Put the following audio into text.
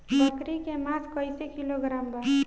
बकरी के मांस कईसे किलोग्राम बा?